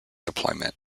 deployment